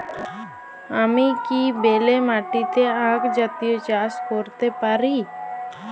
আমি কি বেলে মাটিতে আক জাতীয় চাষ করতে পারি?